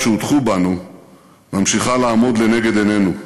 שהוטחו בנו ממשיכה לעמוד לנגד עינינו.